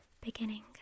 beginning